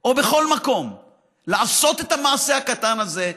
או בכל מקום לעשות את המעשה הקטן הזה,